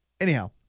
Anyhow